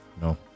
No